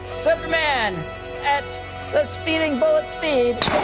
superman at the speeding bullet speed